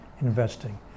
investing